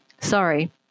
Sorry